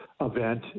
event